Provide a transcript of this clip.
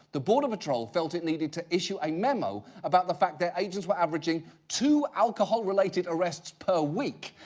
the border patrol felt it needed to issue a memo about the fact their agents were averaging two alcohol related arrests per week,